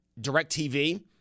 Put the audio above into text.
DirecTV